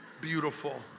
Beautiful